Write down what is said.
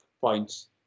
points